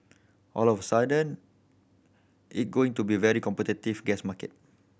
all of sudden it going to be very competitive gas market